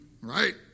right